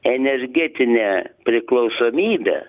energetine priklausomybe